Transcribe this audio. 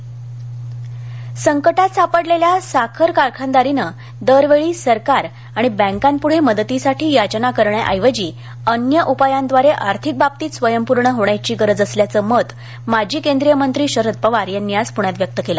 साखर कारखाना संकटात सापडलेल्या साखर कारखानदारीने दरवेळी सरकार किंवा बँकेपूढे मदतीसाठी याचना करण्याऐवजी अन्य उपायांद्वारे आर्थिक बाबतीत स्वयंपूर्ण होण्याची गरज असल्याचं मत माजी केंद्रीय मंत्री शरद पवार यांनी आज पुण्यात व्यक्त केलं